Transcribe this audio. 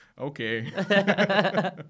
Okay